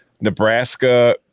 Nebraska